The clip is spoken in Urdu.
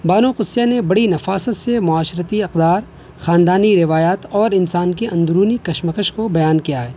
بانو قدسیہ نے بڑی نفاست سے معاشرتی اقدار خاندانی روایات اور انسان كی اندرونی كشمكش كو بیان كیا ہے